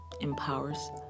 empowers